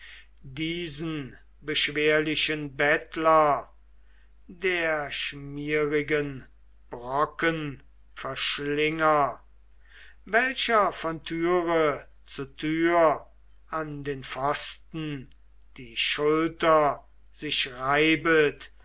diesen beschwerlichen bettler der schmierigen brocken verschlinger welcher von türe zu tür an den pfosten die schulter sich reibet